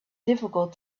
difficult